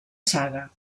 saga